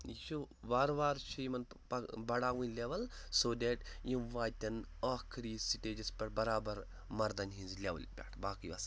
یہِ چھُ وارٕ وارٕ چھِ یِمَن بَڑاوٕنۍ لٮ۪ؤل سو دیٹ یِم واتن ٲخری سِٹیجَس پٮ۪ٹھ برابر مَردَن ہِنٛز لٮ۪ولہِ پٮ۪ٹھ باقٕے وَسلام